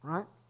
Right